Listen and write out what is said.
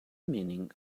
meaning